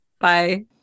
Bye